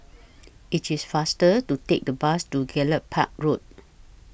IT IS faster to Take The Bus to Gallop Park Road